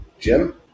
Jim